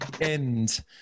End